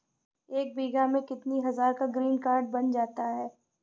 एक बीघा में कितनी हज़ार का ग्रीनकार्ड बन जाता है?